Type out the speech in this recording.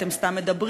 אתם סתם מדברים,